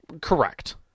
Correct